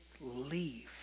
leave